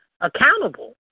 accountable